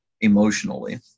emotionally